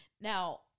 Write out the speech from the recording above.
now